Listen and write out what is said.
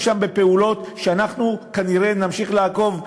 שם פעולות שאנחנו כנראה נמשיך לעקוב,